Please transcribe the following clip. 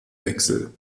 wechsel